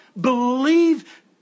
Believe